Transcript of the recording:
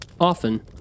Often